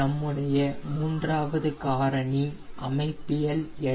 நம்முடைய மூன்றாவது காரணி அமைப்பியல் எடை